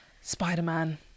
Spider-Man